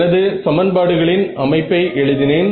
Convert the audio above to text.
எனது சமன் பாடுகளின் அமைப்பை எழுதினேன்